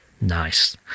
Nice